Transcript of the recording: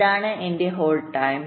ഇതാണ് എന്റെ hold time